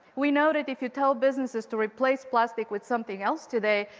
we know that if you tell businesses to replace plastic with something else today,